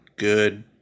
Good